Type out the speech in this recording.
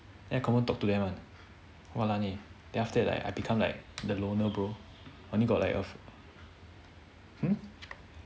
then I confirm talk to them one walan eh then after that I I become like the loner bro only got like a hmm